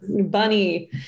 bunny